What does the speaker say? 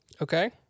Okay